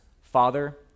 Father